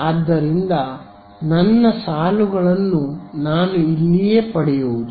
ಆದ್ದರಿಂದ ನನ್ನ ಸಾಲುಗಳನ್ನು ನಾನು ಇಲ್ಲಿಯೇ ಪಡೆಯುವುದು